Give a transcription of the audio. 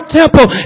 temple